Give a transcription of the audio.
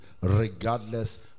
regardless